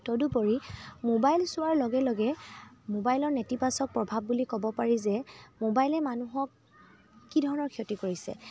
তদুপৰি মোবাইল চোৱাৰ লগে লগে মোবাইলৰ নেতিবাচক প্ৰভাৱ বুলি ক'ব পাৰি যে মোবাইলে মানুহক কি ধৰণৰ ক্ষতি কৰিছে